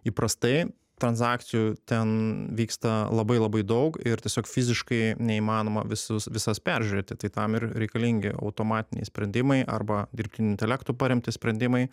įprastai transakcijų ten vyksta labai labai daug ir tiesiog fiziškai neįmanoma visus visas peržiūrėti tai tam ir reikalingi automatiniai sprendimai arba dirbtiniu intelektu paremti sprendimai